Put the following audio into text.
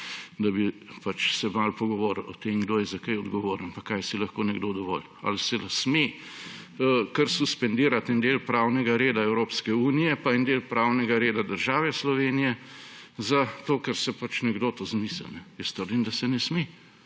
da bi se malo pogovoril o tem, kdo je za kaj odgovoren pa kaj si lahko nekdo dovoli. Ali se sme kar suspendirati en del pravnega reda Evropske unije pa en del pravnega reda države Slovenije, ker si pač nekdo to izmisli? Jaz trdim, da se ne sme,